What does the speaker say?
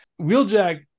wheeljack